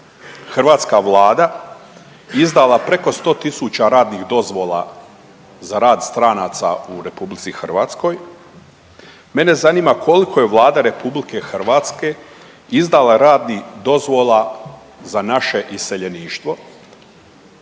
hrvatska vlada izdala preko 100 000 radnih dozvola za rad stranaca u Republici Hrvatskoj. Mene zanima koliko je Vlada RH izdala radnih dozvola za naše iseljeništvo,